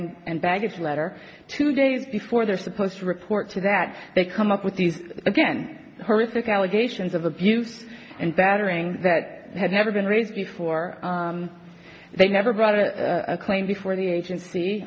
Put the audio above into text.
and baggage letter two days before they're supposed to report to that they come up with these again horrific allegations of abuse and battering that had never been raised before they never brought a claim before the agency